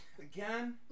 Again